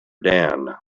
dan